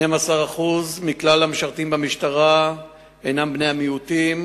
12% מכלל המשרתים במשטרה הם בני מיעוטים,